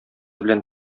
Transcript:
белән